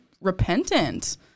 repentant